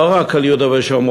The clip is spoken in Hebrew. לא רק על יהודה ושומרון,